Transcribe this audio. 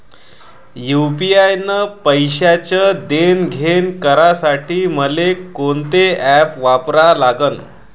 UPI न पैशाचं देणंघेणं करासाठी मले कोनते ॲप वापरा लागन?